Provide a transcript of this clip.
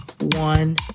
one